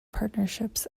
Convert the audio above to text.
partnerships